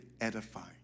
edifying